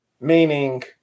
Meaning